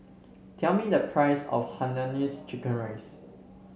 tell me the price of Hainanese Chicken Rice